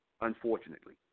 Unfortunately